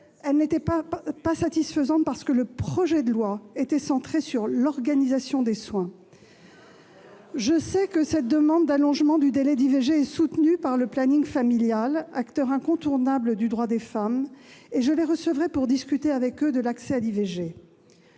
Elles n'étaient pas satisfaisantes, parce que le projet de loi est centré sur l'organisation des soins. Je sais que cette demande d'allongement du délai d'IVG est soutenue par le planning familial, acteur incontournable du droit des femmes, et j'en recevrai les membres pour discuter avec eux de l'accès à l'IVG.